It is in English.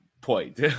point